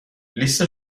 لیست